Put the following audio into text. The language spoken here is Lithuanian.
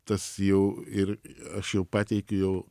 tas jau ir aš jau pateikiu jau